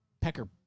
Pecker